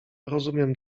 rozumiem